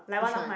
which one